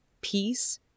peace